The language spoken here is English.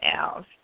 else